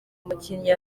umukinnyi